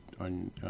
on